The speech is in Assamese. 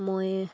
মই